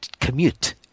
commute